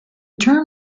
term